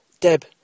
Deb